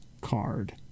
card